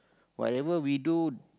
whatever we do